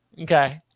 Okay